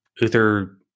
Uther